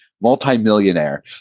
multimillionaire